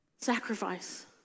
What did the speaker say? sacrifice